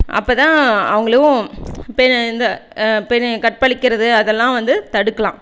அப்ப தான் அவங்கள் பெண் இந்த பெண் கற்பழிக்கிறது அதெலாம் வந்து தடுக்கலாம்